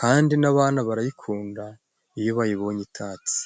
kandi n'abana barayikunda iyo bayibonye itatse.